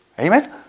Amen